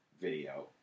video